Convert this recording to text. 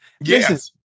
Yes